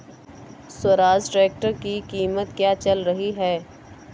Swaraj tractor की कीमत क्या चल रही है?